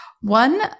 One